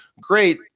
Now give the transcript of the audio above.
great